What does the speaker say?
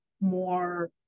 more